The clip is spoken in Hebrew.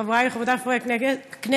חברי וחברותי חברי הכנסת,